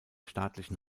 staatlichen